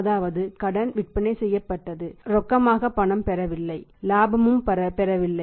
அதாவது கடன் விற்பனை செய்யப்பட்டது அதாவது ரொக்கமாக பணம் பெறவில்லை இலாபமும் பெறவில்லை